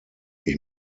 ich